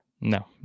No